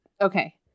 Okay